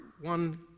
one